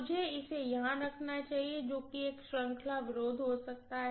मुझे इसे यहाँ रखना चाहिए जो कि एक श्रृंखला विरोध हो सकता है